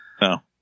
No